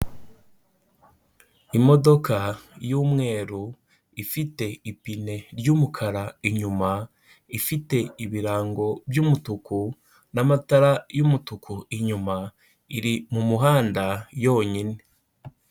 Imodoka y'umweru ifite ipine ry'umukara inyuma, ifite ibirango by'umutuku n'amatara y'umutuku inyuma, iri mu muhanda yonyine.